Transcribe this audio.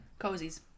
Cozies